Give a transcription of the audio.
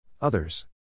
Others